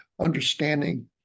understanding